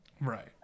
Right